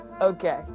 Okay